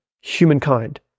humankind